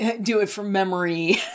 do-it-from-memory